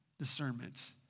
discernment